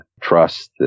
trust